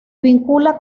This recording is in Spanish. vincula